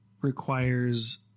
requires